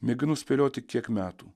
mėginu spėlioti kiek metų